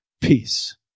peace